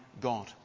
God